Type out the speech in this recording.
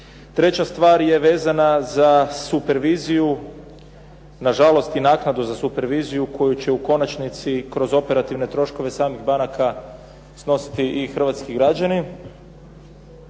Treća stvar je vezana za superviziju, na žalost i naknadu za superviziju koju će u konačnici kroz operativne troškove samih banaka snositi i hrvatski građani.